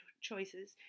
choices